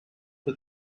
for